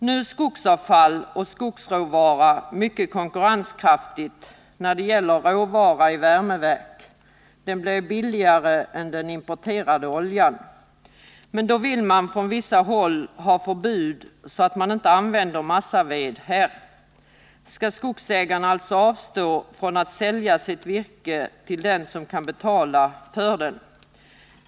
Nu är skogsavfall och skogsråvara mycket konkurrenskraftiga som råvara i värmeverk. Skogsråvaran blir billigare än den importerade oljan. Från vissa håll vill man emellertid ha förbud mot användning av massaved i det sammanhanget. Skall skogsägarna alltså avstå från att sälja sitt virke till den som kan betala för det?